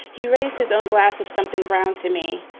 he raised his own glass of something brown to me.